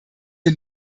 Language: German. ihr